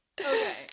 Okay